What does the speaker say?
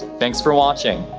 thanks for watching.